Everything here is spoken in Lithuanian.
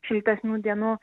šiltesnių dienų